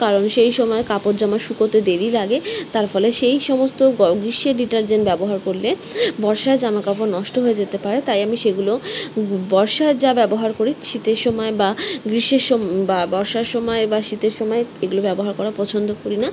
কারণ সেই সময় কাপড় জামা শুকোতে দেরি লাগে তার ফলে সেই সমস্ত গ গ্রীষ্মের ডিটারজেন্ট ব্যবহার করলে বর্ষায় জামা কাপড় নষ্ট হয়ে যেতে পারে তাই আমি সেগুলো বর্ষায় যা ব্যবহার করি শীতের সময় বা গ্রীষ্মের সো বা বর্ষার সময় বা শীতের সময় এগুলো ব্যবহার করা পছন্দ করি না